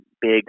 big